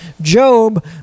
Job